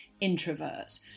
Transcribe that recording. introvert